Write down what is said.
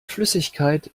flüssigkeit